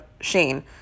shane